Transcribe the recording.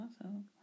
Awesome